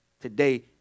today